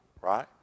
right